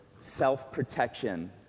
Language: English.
self-protection